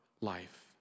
life